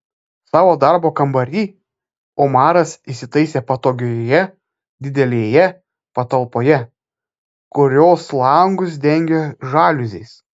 savo darbo kambarį omaras įsitaisė pastogėje didelėje patalpoje kurios langus dengė žaliuzės